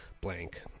blank